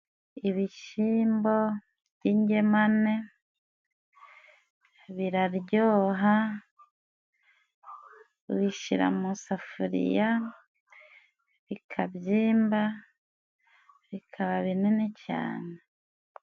Ibishyiyimbo by'ingemane biraryoha, ubishyira mu safuriya bikabyimba, bikaba binini cyane.